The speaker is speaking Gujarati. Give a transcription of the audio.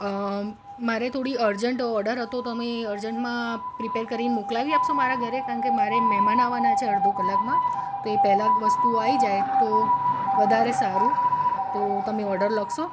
મારે થોડી અર્જન્ટ ઓર્ડર હતો તમે અર્જન્ટમાં પ્રિપેર કરીને મોકલાવી આપશો મારા ઘરે કારણ કે મારે મહેમાન આવવાના છે અડધો કલાકમાં તે પહેલાં વસ્તુઓ આવી જાય તો વધારે સારું તો તમે ઓર્ડર લખશો